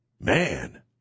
man